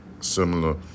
Similar